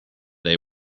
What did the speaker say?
they